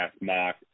Mock